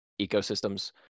ecosystems